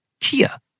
Kia